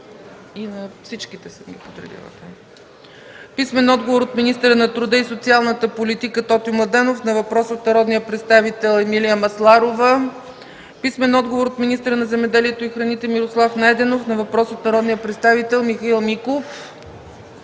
представител Емилия Масларова; - от министъра на труда и социалната политика Тотю Младенов на въпрос от народния представител Емилия Масларова; - от министъра на земеделието и храните Мирослав Найденов на въпрос от народния представител Михаил Миков;